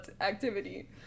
activity